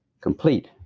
complete